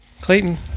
clayton